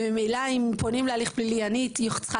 וממילא אם פונים להליך פלילי אני צריכה